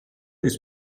ist